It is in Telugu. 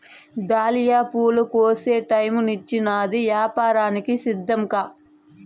దాలియా పూల కోసే టైమొచ్చినాది, యాపారానికి సిద్ధంకా